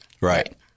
Right